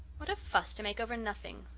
what a fuss to make over nothing,